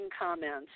comments